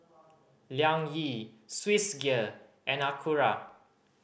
Liang Yi Swissgear and Acura